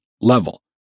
level